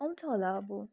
आउँछ होला अब